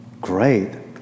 great